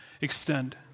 extend